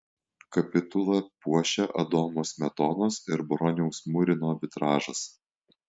kapitulą puošią adomo smetonos ir broniaus murino vitražas